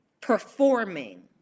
performing